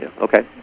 Okay